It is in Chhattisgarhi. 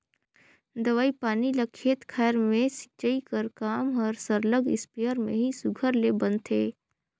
दवई पानी ल खेत खाएर में छींचई कर काम हर सरलग इस्पेयर में ही सुग्घर ले बनथे